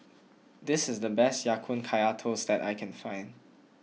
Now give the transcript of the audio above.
this is the best Ya Kun Kaya Toast that I can find